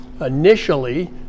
initially